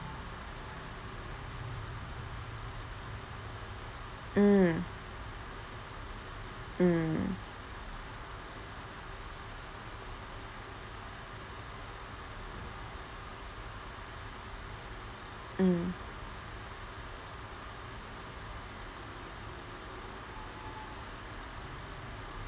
mm mm mm